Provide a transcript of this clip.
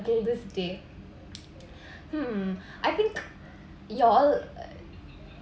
till this day hmm I think y'all